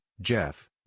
Jeff